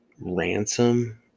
ransom